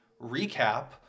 recap